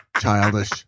childish